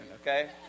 okay